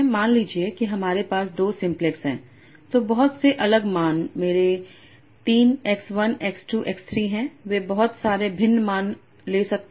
मान लीजिए कि हमारे पास 2 सिम्पलेक्स है तो बहुत से अलग मान मेरे 3 x 1 x 2 x 3 हैं वे बहुत सारे भिन्न मान ले सकते हैं